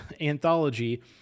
anthology